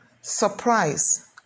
surprise